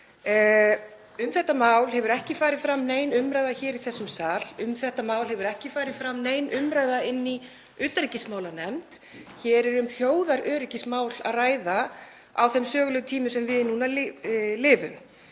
Um þetta mál hefur ekki farið fram nein umræða hér í þessum sal. Um þetta mál hefur ekki farið fram nein umræða í utanríkismálanefnd. Hér er um þjóðaröryggismál að ræða á þeim sögulegu tímum sem við núna lifum.